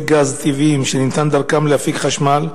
גז טבעיים שניתן דרכם להפיק חשמל,